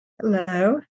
Hello